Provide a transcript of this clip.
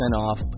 off